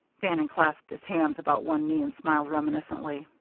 bannon clasped his hands about one knee and smiled reminiscently